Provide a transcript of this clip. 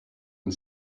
and